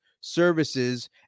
services